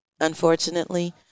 unfortunately